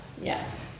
yes